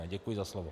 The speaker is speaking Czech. Děkuji za slovo.